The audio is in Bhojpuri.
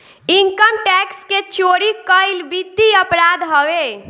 इनकम टैक्स के चोरी कईल वित्तीय अपराध हवे